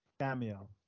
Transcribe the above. cameo